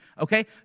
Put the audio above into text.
okay